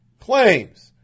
claims